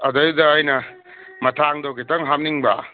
ꯑꯗꯩꯗ ꯑꯩꯅ ꯃꯊꯥꯡꯗꯣ ꯈꯤꯇꯩ ꯍꯥꯞꯅꯤꯡꯕ